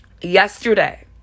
Yesterday